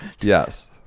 Yes